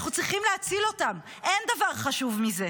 אנחנו צריכים להציל אותם, אין דבר חשוב מזה.